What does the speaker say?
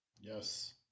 Yes